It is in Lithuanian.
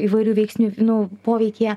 įvairių veiksnių nu poveikyje